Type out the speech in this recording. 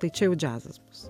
tai čia jau džiazas bus